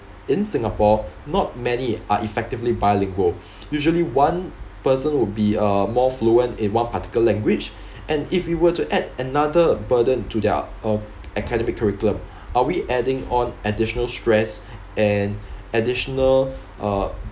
in singapore not many are effectively bilingual usually one person would be uh more fluent in one particular language and if we were to add another burden to their a~ academic curriculum are we adding on additional stress and additional uh